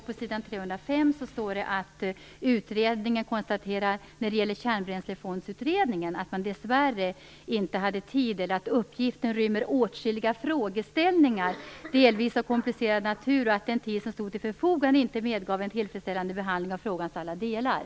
På s. 305 står det att utredningen konstaterar när det gäller Kärnbränslefondsutredningen att man dessvärre inte hade tid och att uppgiften rymmer åtskilliga frågeställningar av delvis komplicerad natur att den tid som stod till förfogande inte medgav en tillfredsställande behandling av frågans alla delar.